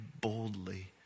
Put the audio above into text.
boldly